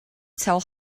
sell